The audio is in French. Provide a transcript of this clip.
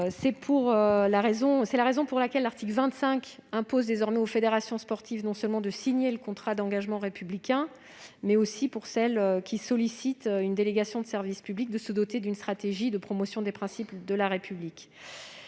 la raison pour laquelle l'article 25 impose désormais aux fédérations sportives non seulement de signer le contrat d'engagement républicain, mais aussi, pour celles qui sollicitent une délégation de service public, de se doter d'une stratégie de promotion des principes de la République.